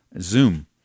Zoom